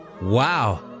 Wow